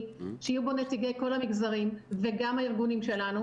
שיהיו בו נציגי כל המגזרים וגם הארגונים שלנו,